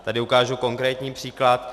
Tady ukážu konkrétní příklad.